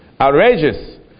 outrageous